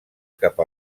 cap